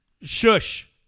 shush